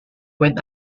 when